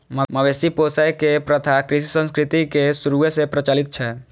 मवेशी पोसै के प्रथा कृषि संस्कृति के शुरूए सं प्रचलित छै